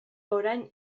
orain